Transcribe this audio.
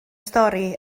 stori